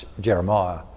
Jeremiah